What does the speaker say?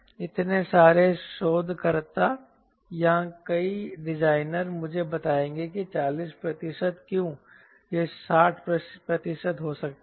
इतने सारे शोधकर्ता या कई डिजाइनर मुझे बताएंगे कि 40 प्रतिशत क्यों यह 60 प्रतिशत हो सकता है